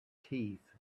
teeth